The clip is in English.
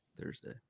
Thursday